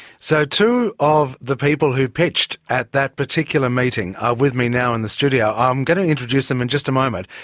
so two of the people who pitched at that particular meeting are with me now in the studio. i'm going to introduce them in just a moment.